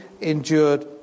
endured